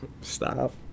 Stop